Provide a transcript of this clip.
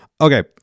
Okay